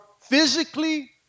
physically